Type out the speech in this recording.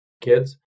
kids